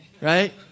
right